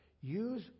Use